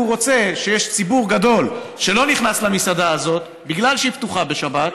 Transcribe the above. רוצה שציבור גדול שלא נכנס למסעדה הזאת בגלל שהיא פתוחה בשבת,